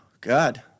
God